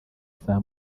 saa